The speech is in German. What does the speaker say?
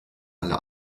alle